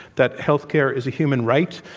that healthcare is a human right.